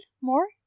more